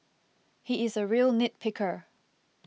he is a real nit picker